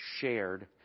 shared